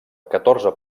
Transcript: catorze